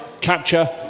Capture